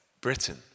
Britain